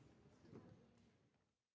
Merci